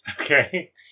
Okay